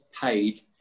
paid